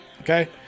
Okay